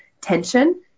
tension